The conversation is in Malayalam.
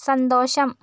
സന്തോഷം